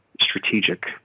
strategic